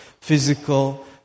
physical